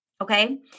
Okay